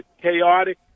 chaotic